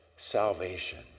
salvation